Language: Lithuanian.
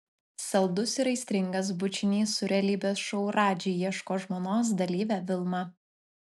saldus ir aistringas bučinys su realybės šou radži ieško žmonos dalyve vilma